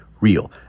real